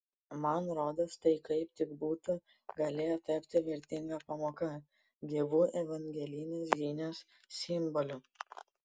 man rodos tai kaip tik būtų galėję tapti vertinga pamoka gyvu evangelinės žinios simboliu